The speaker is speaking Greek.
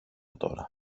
τώρα